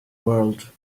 world